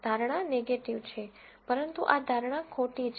ધારણા નેગેટીવ છે પરંતુ આ ધારણા ખોટી છે